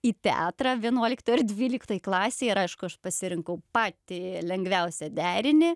į teatrą vienuoliktoj ir dvyliktoj klasėj ir aišku aš pasirinkau patį lengviausią derinį